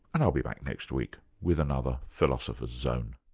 and i'll be back next week with another philosopher's zone